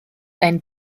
ein